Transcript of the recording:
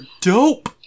dope